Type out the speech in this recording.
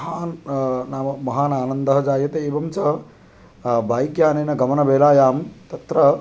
महान् नाम महान् आनन्दः जायते एवञ्च बैक्यानेन गमनवेलायां तत्र